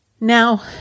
Now